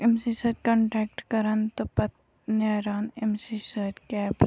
أمۍ سٕے سۭتۍ کَنٹیکٹ کَران تہٕ پَتہٕ نیران أمۍ سٕے سۭتۍ کیب